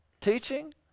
teaching